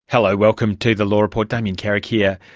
hello, welcome to the law report, damien carrick here.